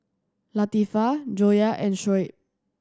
Latifa Joyah and Shoaib